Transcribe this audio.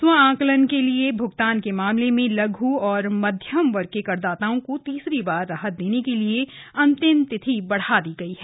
स्व आकलन कर के भुगतान के मामले में लघू और मध्यम वर्ग के करदाताओं को तीसरी बार राहत देने के लिए अंतिम तारीख भी बढ़ा दी गई है